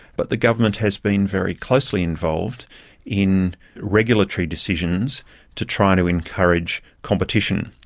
but the government has been very closely involved in regulatory decisions to try to encourage competition.